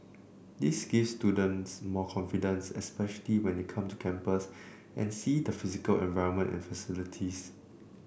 this gives students more confidence especially when they come to campus and see the physical environment and facilities